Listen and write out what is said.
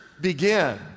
begin